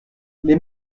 les